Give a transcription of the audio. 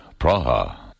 Praha